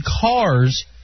cars